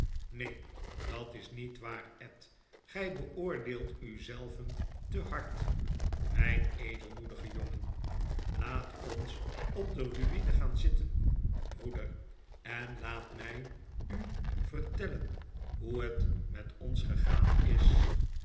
neen dat is niet waar ed gy beoordeelt u zelven te hard mijn edelmoedige jongen laat ons op de ruine gaan zitten broeder en laat mij u vertellen hoe het met ons gegaan is